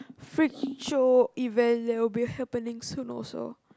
freak show event that will be happening soon event also